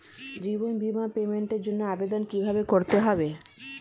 জীবন বীমার পেমেন্টের জন্য আবেদন কিভাবে করতে হয়?